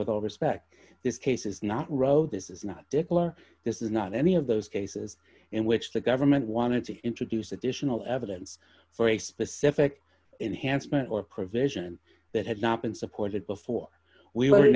with all respect this case is not row this is not declare this is not any of those cases in which the government wanted to introduce additional evidence for a specific enhanced man or provision that had not been supported before we